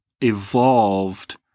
evolved